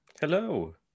Hello